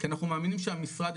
כי אנחנו מאמינים שהמשרד,